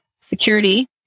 security